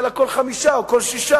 אלא כל חמישה או כל שישה.